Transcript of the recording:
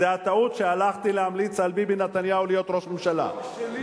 זה הטעות שהלכתי להמליץ על ביבי נתניהו להיות ראש הממשלה זה חוק שלי,